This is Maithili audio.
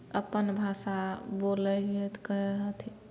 अपन भाषा बोलै हियै तऽ कहै हथिन